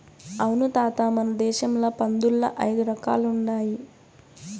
అవును తాత మన దేశంల పందుల్ల ఐదు రకాలుండాయి